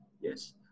yes